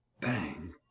Bang